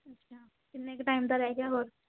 ਅੱਛਾ ਕਿੰਨੇ ਨੇ ਕੁ ਟਾਈਮ ਦਾ ਰਹਿ ਗਿਆ ਹੋਰ